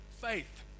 faith